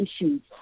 issues